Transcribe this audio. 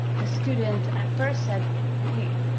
the student, at first, said wait,